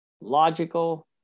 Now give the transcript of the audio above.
logical